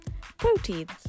Proteins